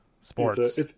Sports